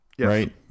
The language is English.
Right